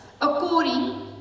according